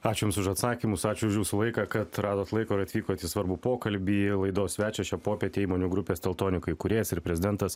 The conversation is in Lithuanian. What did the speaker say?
ačiū jums už atsakymus ačiū už jūsų laiką kad radot laiko ir atvykot į svarbų pokalbį laidos svečias šią popietę įmonių grupės teltonika įkūrėjas ir prezidentas